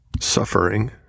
Suffering